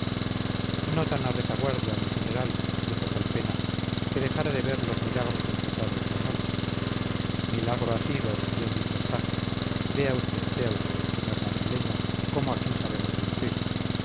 tan a retaguardia mi general dijo calpena que dejara de ver los milagros del soldado español milagro ha sido bien dicho está vea usted vea usted señor madrileño cómo aquí sabemos cumplir